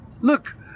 look